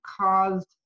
caused